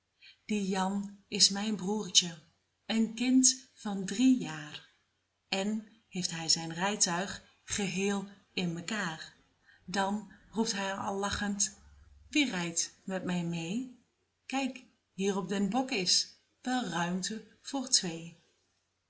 die jan is mijn broertje een kind van drie jaar en heeft hij zijn rijtuig geheel in mekaêr dan roept hij al lachend wie rijdt met mij meê kijk hier op den bok is wel ruimte